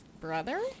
brother